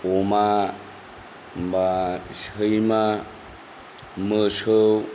अमा बा सैमा मोसौ